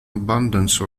abundance